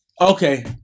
Okay